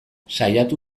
saiatu